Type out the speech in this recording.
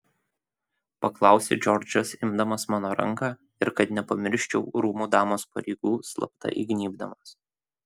paklausė džordžas imdamas mano ranką ir kad nepamirščiau rūmų damos pareigų slapta įgnybdamas